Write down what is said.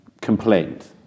complaint